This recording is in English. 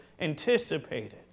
anticipated